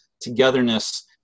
togetherness